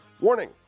Warning